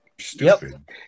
stupid